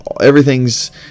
everything's